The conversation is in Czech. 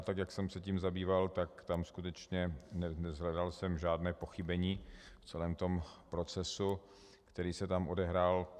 Tak jak jsem se tím zabýval, tak jsem tam skutečně neshledal žádné pochybení v celém tom procesu, který se tam odehrál.